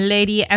Lady